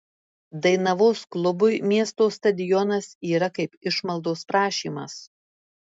dainavos klubui miesto stadionas yra kaip išmaldos prašymas